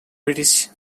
british